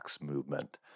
movement